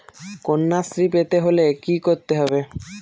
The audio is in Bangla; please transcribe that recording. কন্যাশ্রী পেতে হলে কি করতে হবে?